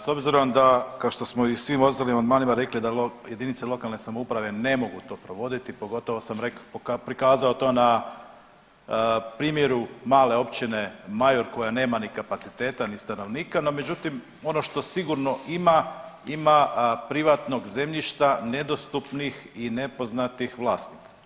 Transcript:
S obzirom da kao što smo i u svim ostalim amandmanima rekli da jedinice lokalne samouprave ne mogu to provoditi, pogotovo sam prikazao to na primjeru male Općine Majur koja nema ni kapaciteta, ni stanovnika, no međutim ono što sigurno ima, ima privatnog zemljišta nedostupnih i nepoznatih vlasnika.